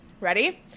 Ready